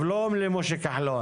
לא למשה כחלון.